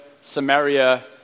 Samaria